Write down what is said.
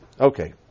Okay